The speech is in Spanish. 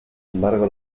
embargo